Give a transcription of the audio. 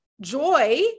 joy